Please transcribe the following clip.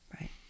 Right